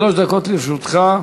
שלוש דקות לרשותך.